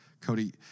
Cody